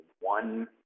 one